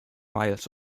miles